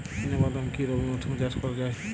চিনা বাদাম কি রবি মরশুমে চাষ করা যায়?